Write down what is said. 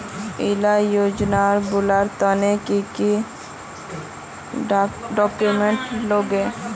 इला योजनार लुबार तने की की डॉक्यूमेंट लगे?